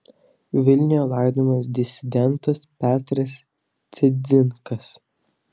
vilniuje laidojamas disidentas petras cidzikas